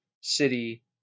City